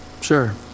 Sure